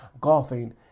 golfing